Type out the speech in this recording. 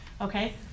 okay